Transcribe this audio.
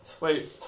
Wait